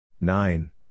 Nine